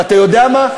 ואתה יודע מה?